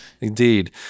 indeed